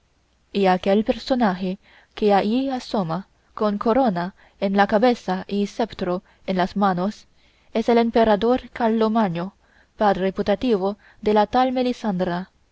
y aquel personaje que allí asoma con corona en la cabeza y ceptro en las manos es el emperador carlomagno padre putativo de la tal